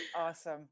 Awesome